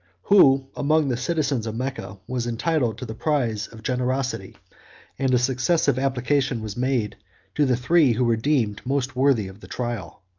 who, among the citizens of mecca, was entitled to the prize of generosity and a successive application was made to the three who were deemed most worthy of the trial.